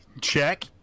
Check